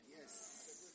Yes